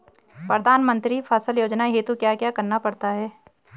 प्रधानमंत्री फसल योजना हेतु क्या क्या करना पड़ता है?